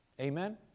Amen